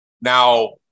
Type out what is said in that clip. Now